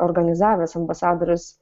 organizavęs ambasadorius